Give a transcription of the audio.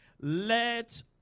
Let